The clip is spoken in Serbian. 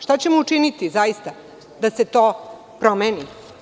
Šta ćemo učiniti zaista da se to promeni?